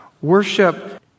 worship